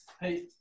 Hey